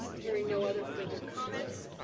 hearing no other further comments,